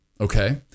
Okay